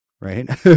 right